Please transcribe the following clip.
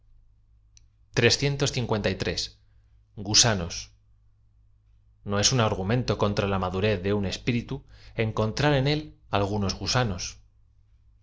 usano o es un argumento contra la madurez de un espi rítu encontrar en él algunos guaanos